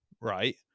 right